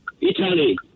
Italy